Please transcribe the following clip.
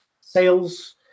sales